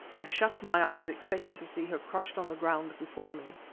i shut my eyes, expecting to see her crushed on the ground before me.